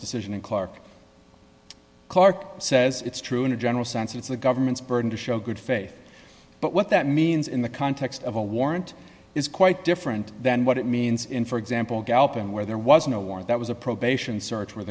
decision and clark clark says it's true in a general sense it's the government's burden to show good faith but what that means in the context of a warrant is quite different than what it means in for example galpin where there was no warrant that was a probation search